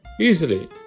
easily